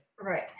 Right